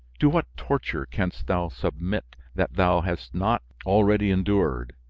to what torture canst thou submit that thou hast not already endured?